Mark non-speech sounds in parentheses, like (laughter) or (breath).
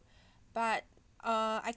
(breath) but uh I